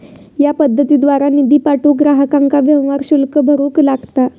या पद्धतीद्वारा निधी पाठवूक ग्राहकांका व्यवहार शुल्क भरूक लागता